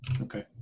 Okay